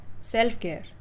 self-care